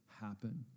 happen